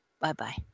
Bye-bye